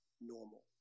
normal